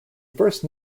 first